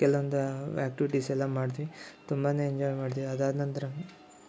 ಕೆಲವೊಂದು ವ್ಯಾಕ್ಟಿವಿಟೀಸೆಲ್ಲ ಮಾಡಿದ್ವಿ ತುಂಬಾ ಎಂಜಾಯ್ ಮಾಡಿದ್ವಿ ಅದಾದ ನಂತರ